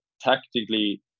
tactically